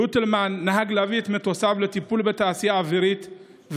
גוטלמן נהג להביא את מטוסיו לטיפול בתעשייה האווירית,